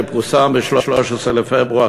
שפורסם ב-13 בפברואר,